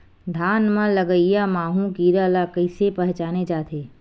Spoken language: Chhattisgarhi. धान म लगईया माहु कीरा ल कइसे पहचाने जाथे?